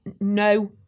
no